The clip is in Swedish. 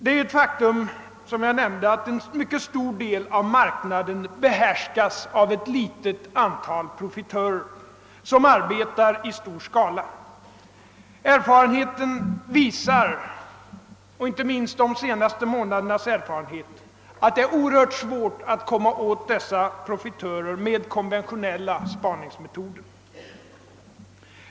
Det är, som jag nämnde, ett faktum att en mycket stor del av marknaden behärskas av ett litet antal profitörer som arbetar i stor skala. Erfarenheten inte minst under de senaste månaderna visar att det är oerhört svårt att komma åt dessa profitörer med konventionella spaningsmetoder.